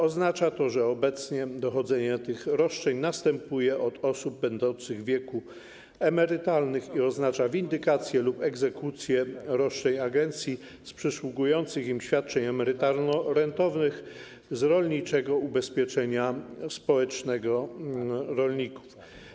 Oznacza to, że obecnie dochodzenie tych roszczeń następuje od osób będących w wieku emerytalnym i oznacza windykację lub egzekucję roszczeń agencji z przysługujących im świadczeń emerytalno-rentowych, z rolniczego ubezpieczenia społecznego rolników.